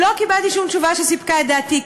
לא קיבלתי שום תשובה שסיפקה את דעתי,